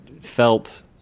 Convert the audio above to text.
felt